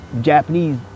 Japanese